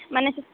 ମାନେ